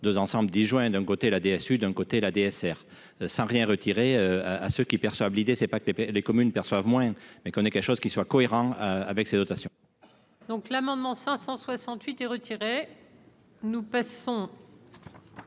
deux ensemble des joints, d'un côté, la DSU, d'un côté la DSR sans rien retirer à ce qu'ils perçoivent l'idée, c'est pas que les les communes perçoivent moins mais qu'on ait quelque chose qui soit cohérent avec ses dotations. Donc l'amendement 568 et nous passons.